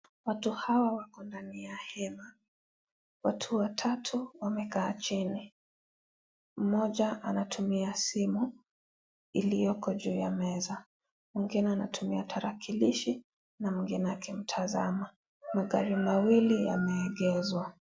Watu hawa wako ndani ya hema, watu watatu wamekaa chini mmoja anatumia simu iliyoko juu ya meza , mwingine anatumia tarakilishi mwingine akimtazama. Magari mawili yameegezwa.